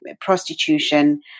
prostitution